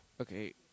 okay